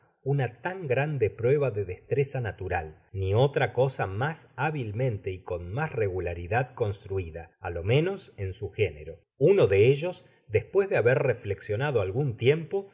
una tan grande prueba de destreza natural ni otra cosa mas hábilmente y con mas regularidad construida á lo menos en su género uno de ellos despues de haber reflexionado algun tiempo